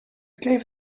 gave